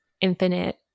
infinite